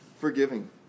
forgiving